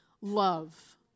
love